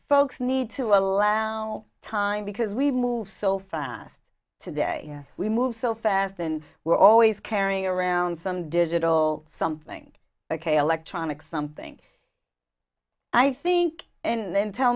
folks need to allow time because we moved so fast today we moved so fast and we're always carrying around some digital something ok electronic something i think and then tell